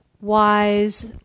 wise